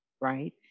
right